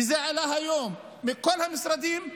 וזה עלה היום בכל המשרדים,